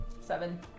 Seven